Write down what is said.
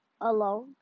alone